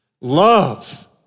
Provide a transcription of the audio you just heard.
Love